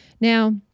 Now